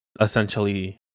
essentially